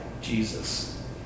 Jesus